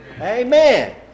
amen